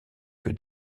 que